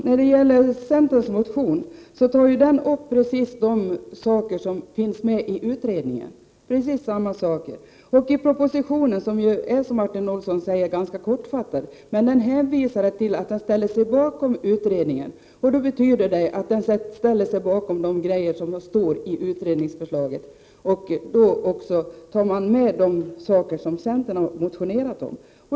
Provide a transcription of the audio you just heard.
Herr talman! Centerns motion tar upp precis samma saker som finns med i utredningen. I propositionen, som ju är, som Martin Olsson säger, ganska kortfattad, ställer sig regeringen bakom utredningens förslag. Det betyder att regeringen också ställer sig bakom de krav som finns med i utredningsförslaget och som centern har motionerat om.